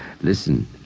Listen